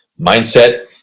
Mindset